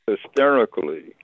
hysterically